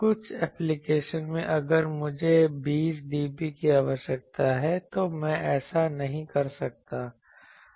कुछ एप्लीकेशन में अगर मुझे 20dB की आवश्यकता है तो मैं ऐसा नहीं कर सकता